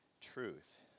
truth